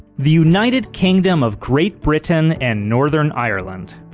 the united kingdom of great britain and northern ireland.